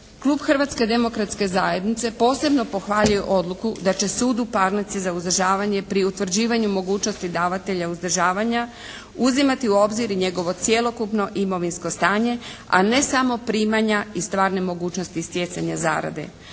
Klub Hrvatske demokratske zajednice posebno pohvaljuje odluku da će sud u parnici za uzdržavanje pri utvrđivanju mogućnosti davatelja uzdržavanja uzimati u obzir i njegovo cjelokupno imovinsko stanje, a ne samo primanja i stvarne mogućnosti stjecanja zarade.